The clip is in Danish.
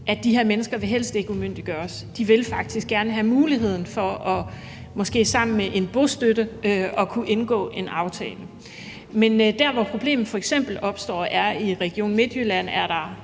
at de her mennesker helst ikke vil umyndiggøres, de vil faktisk gerne have muligheden for måske sammen med en bostøtte at kunne indgå en aftale. Men der, hvor problemet opstår, er f.eks. i Region Midtjylland, hvor der